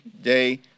day